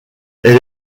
elle